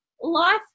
Life